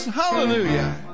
Hallelujah